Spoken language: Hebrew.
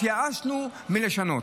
התייאשנו מלשנות.